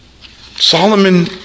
Solomon